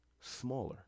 smaller